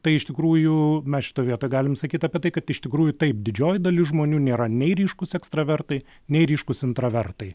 tai iš tikrųjų mes šitoj vietoj galim sakyt apie tai kad iš tikrųjų taip didžioji dalis žmonių nėra nei ryškūs ekstravertai nei ryškūs intravertai